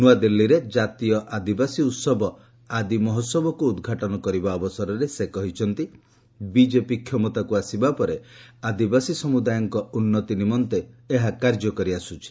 ନ୍ତଆଦିଲ୍ଲୀଠାରେ ଜାତୀୟ ଆଦିବାସୀ ଉତ୍ସବ 'ଆଦି ମହୋତ୍ସବ'କୁ ଉଦ୍ଘାଟନ କରିବା ଅବସରରେ ସେ କହିଛନ୍ତି ବିଜେପି କ୍ଷମତାକୁ ଆସିବା ପରେ ଆଦିବାସୀ ସମୁଦାୟଙ୍କ ଉନ୍ନତି ନିମନ୍ତେ ଏହା କାର୍ଯ୍ୟକରି ଆସୁଛି